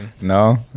No